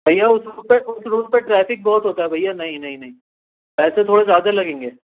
بھیا اس روٹ پہ اس روٹ پہ ٹرافک بہت ہوتا ہے بھیا نہیں نہیں نہیں پیسے تھوڑے زیادہ لگیں گے